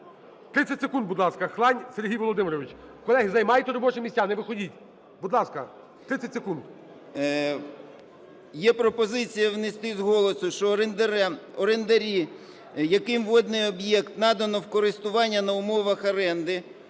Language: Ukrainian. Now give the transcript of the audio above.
30 секунд, будь ласка. Хлань Сергій Володимирович. Колеги, займайте робочі місця. Не виходіть. Будь ласка, 30 секунд. 16:29:29 ХЛАНЬ С.В. Є пропозиція внести з голосу, що орендарі, яким водний об'єкт надано в користування на умовах оренди,